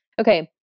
Okay